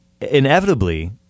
inevitably